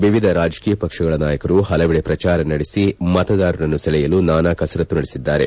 ವಿವಿಧ ರಾಜಕೀಯ ಪಕ್ಷಗಳ ನಾಯಕರು ಪಲವಡೆ ಪ್ರಚಾರ ನಡೆಸಿ ಮತದಾರರನ್ನು ಸೆಳೆಯಲು ನಾನಾ ಕಸರತ್ತು ನಡೆಸಿದ್ದಾರೆ